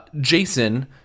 Jason